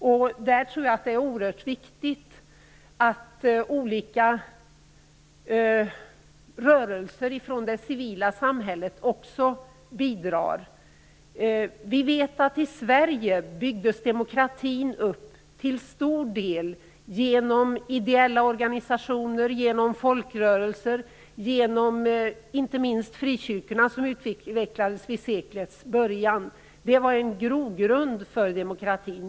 Jag tror att det är oerhört viktigt att olika rörelser från det civila samhället där bidrar. I Sverige byggdes demokratin upp till stor del genom ideella organisationer, genom folkrörelser, genom inte minst frikyrkorna som utvecklades vid seklets början. De var en grogrund för demokrati.